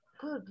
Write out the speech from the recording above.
good